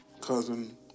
cousin